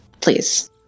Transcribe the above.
please